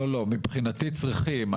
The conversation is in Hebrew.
לא, לדעתי צריכים.